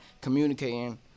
communicating